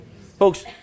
Folks